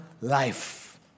life